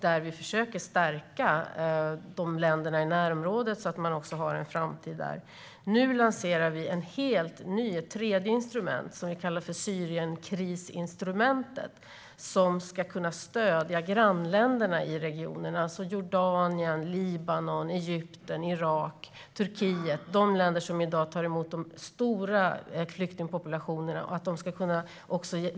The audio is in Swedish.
Där försöker vi stärka länderna i närområdet så att man ska ha en framtid även där. Nu lanserar vi ett helt nytt, tredje instrument som vi kallar Syrienkrisinstrumentet. Det ska kunna stödja grannländerna i regionen, alltså Jordanien, Libanon, Egypten, Irak och Turkiet, de länder som i dag tar emot de stora flyktingpopulationerna.